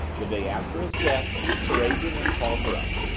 the day after his death her agent had called her up.